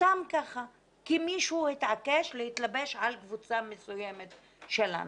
סתם ככה כי מישהו התעקש להתלבש על קבוצה מסוימת של אנשים.